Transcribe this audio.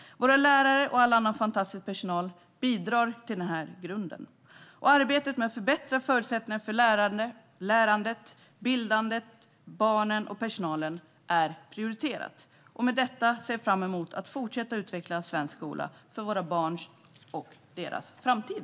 Våra lärare och all annan fantastisk personal bidrar till denna grund. Arbetet med att förbättra förutsättningarna för lärandet, bildandet, barnen och personalen är prioriterat. Med detta ser jag fram emot att fortsätta utveckla svensk skola för våra barn och deras framtid.